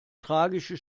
tragisches